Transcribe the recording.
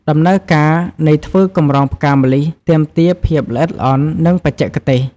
ដំណើរការនៃធ្វើកម្រងផ្កាម្លិះទាមទារភាពល្អិតល្អន់ និងបច្ចេកទេស។